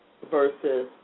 versus